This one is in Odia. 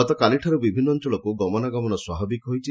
ଗତକାଲିଠାରୁ ବିଭିନ୍ନ ଅଞ୍ଚଳକୁ ଗମନାଗମନ ସ୍ୱାଭାବିକ ହୋଇଛି